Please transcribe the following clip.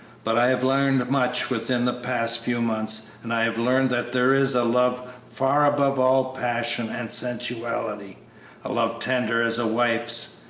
but i have learned much within the past few months, and i have learned that there is a love far above all passion and sensuality a love tender as a wife's,